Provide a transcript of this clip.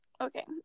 Okay